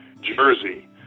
Jersey